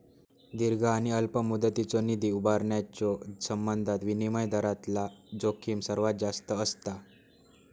दीर्घ आणि अल्प मुदतीचो निधी उभारण्याच्यो संबंधात विनिमय दरातला जोखीम सर्वात जास्त असता